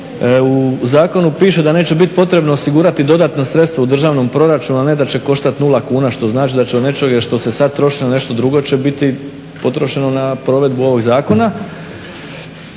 u zakonu piše da neće biti potrebno osigurati dodatna sredstva u državnom proračunu, a ne da će koštati nula kuna što znači da će od … što se sada troši na nešto drugo će biti potrošeno na provedbu ovog zakona.